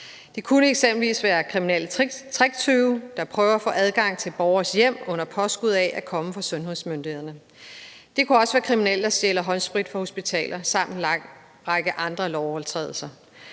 Der kan eksempelvis være tale om kriminelle tricktyve, der prøver at få adgang til borgeres hjem under påskud af at komme fra sundhedsmyndighederne. Der kan også være tale om kriminelle, der stjæler håndsprit fra hospitaler, samt en lang række andre lovovertrædelser.